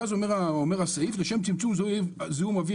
ואז אומר הסעיף: לשם צמצום זיהום אוויר